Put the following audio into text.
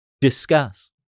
Discuss